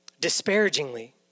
disparagingly